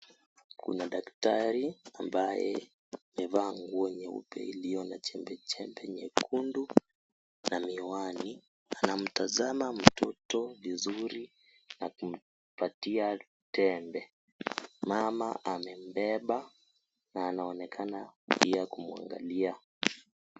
Kuna daktari ambaye amevaa nguo nyeupe iliyo na chembechembe nyekundu na miwani, anamtazama mtoto vizuri akimpatia tembe. Mama amembeba na anaonekana pia kumwangalia.